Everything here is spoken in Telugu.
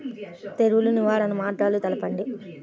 తెగులు నివారణ మార్గాలు తెలపండి?